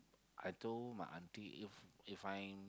I told my aunty if if I'm